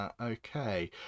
Okay